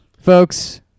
Folks